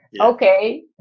Okay